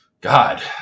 God